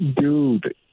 Dude